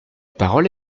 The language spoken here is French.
parole